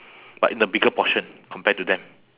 but in a bigger portion compare to them